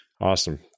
Awesome